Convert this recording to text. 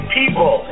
people